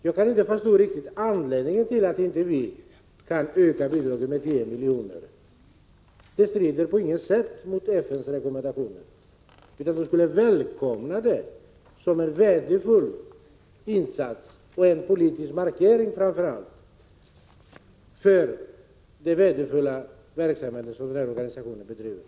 Jag förstår inte anledningen till att vi inte kan öka bidraget med 10 milj.kr. — Prot. 1986/87:113 Att göra det strider på intet sätt mot FN:s rekommendationer, utan ett sådant — 29 april 1987 beslut skulle välkomnas som en värdefull insats och framför allt som en politisk markering av att det är en värdefull verksamhet som organisationen bedriver.